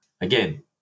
Again